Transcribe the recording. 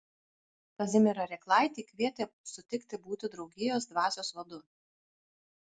kazimierą rėklaitį kvietė sutikti būti draugijos dvasios vadu